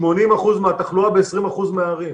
80% מהתחלואה ב-20% מהערים.